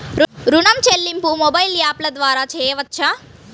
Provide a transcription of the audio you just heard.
ఋణం చెల్లింపు మొబైల్ యాప్ల ద్వార చేయవచ్చా?